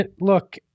look